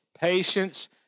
Patience